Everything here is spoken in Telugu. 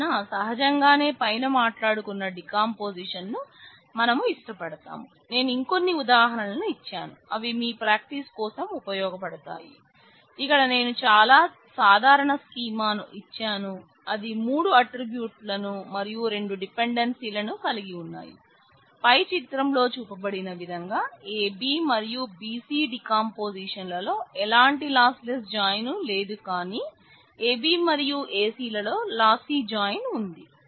కావున సహహజంగానే పైన మాట్లాడుకున్న డీకంపోజిషన్ లేదు కాని AB మరియు AC లలో లాసి జాయిన్ ఉంది